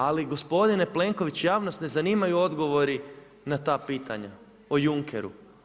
Ali gospodine Plenković javnost ne zanimaju odgovori na ta pitanja o Junckeru.